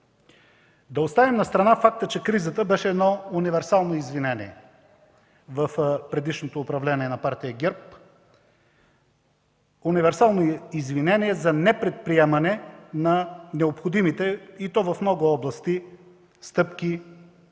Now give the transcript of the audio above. Да оставим настрана факта, че кризата беше едно универсално извинение в предишното управление на Партия ГЕРБ – универсално извинение за непредприемане за необходимите, и то в много области, стъпки и съответно